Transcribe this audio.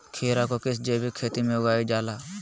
खीरा को किस जैविक खेती में उगाई जाला?